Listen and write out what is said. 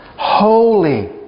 Holy